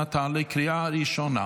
התקנת עמדת טעינה לרכב חשמלי בבית משותף),